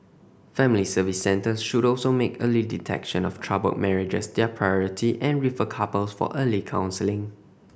family Service Centres should also make early detection of troubled marriages their priority and refer couples for early counselling